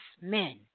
men